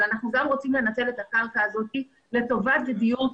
אבל אנחנו גם רוצים לנצל את הקרקע הזאת לטובת דיור ציבורי,